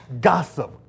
gossip